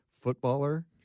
footballer